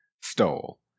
stole